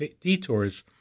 detours